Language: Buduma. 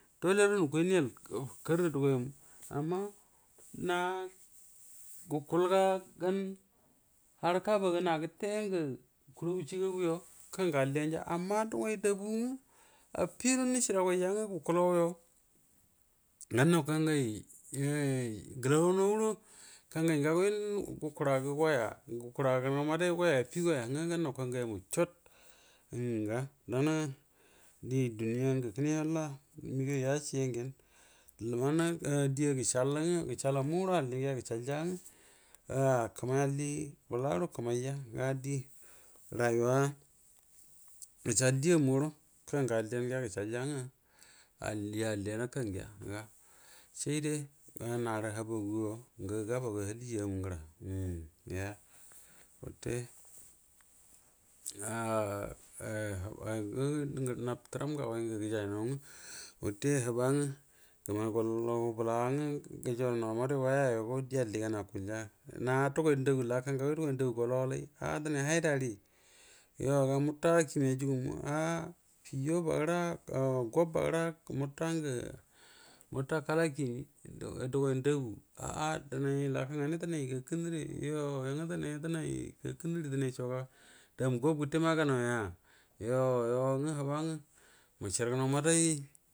Nukway neyɛl karro duguay mu amma na gukul ga gan haraka nba na gatɛ ngwa kurugu cagagu yo kanga allinaja amma duguay dabu ngwɛ affi guaro neciora guay yan gwa gukul lai yo gar naw kanja gala naw guaro gukura gɛgunaw madr gam goyya affi soya gannaw kaagay mu cot um ga dania die dunni ya ngwa kanɛ halla mogaw yu yaciɛ gyan wano dieya ga ceal ngwa greral mu guaro alli goa gr ceal ja ngwa kaman alli bala guaro kamayya rayuwa macal diema guaroll ukangr alliyan gza gacral ja die, die alliyan kangaya, saidɛ naru haba guy o nga gabougoyɛ haliya mu gara gra watɛ naru haba guy o nga gabougoyɛ haliya mu gara gra wate gerv nabtɛram ngaghay gejay nau ngwa watɛ huba ngwa gama go law bala gunna wal majan way a yu go die alli gan akualja na dunay nag u laka ngagwai dugwainagu solawa lay, an denan handari yoh ga mota kine ajugumu, piggoo gera, aub bag era mota ngwo mota kala kimi duguay nag u ah ah do nan laka nganan dɛnay, dvnay ga lannari guo ngwo dɛnay co dɛnay ga kennai dɛnay co ga damu gufgrte maga naw ya you yo ngwa huba ngwe.